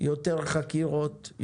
יותר חקירות,